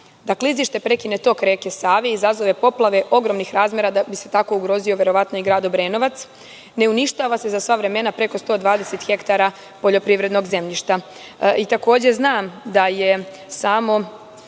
da klizište prekine tok reke Save i izazove poplave ogromnih razmera, da bi se tako verovatno ugrozi i grad Obrenovac. Ne uništava se za sva vremena preko 120 ha poljoprivrednog zemljišta. Takođe, znam da je samo